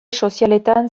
sozialetan